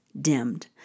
dimmed